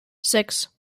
six